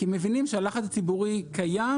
כי הם מבינים שהלחץ הציבורי קיים